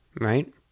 right